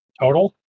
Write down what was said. Total